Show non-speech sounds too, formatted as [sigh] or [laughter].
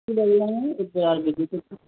की बोल रहे हैं [unintelligible]